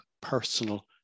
personal